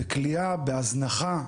בכליאה, בהזנחה,